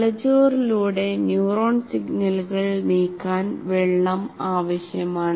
തലച്ചോറിലൂടെ neuron സിഗ്നലുകൾ നീക്കാൻ വെള്ളം ആവശ്യമാണ്